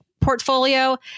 portfolio